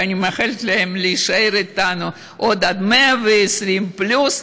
ואני מאחלת להם להישאר אתנו עוד עד 120 פלוס,